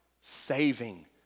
saving